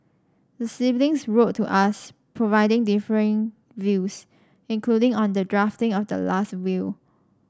the siblings wrote to us providing differing views including on the drafting of the last will